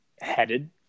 headed